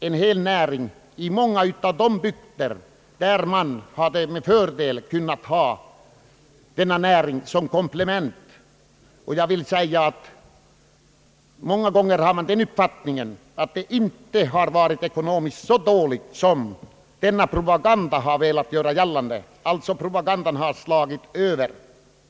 en hel näring i många av de bygder där näringen med fördel kunnat drivas som ett komplement. Man har många gånger fått den uppfattningen att det inte varit så ekonomiskt ogynnsamt att driva ett jordbruk som denna propaganda har velat göra gällande; med andra ord har propogandan slagit över.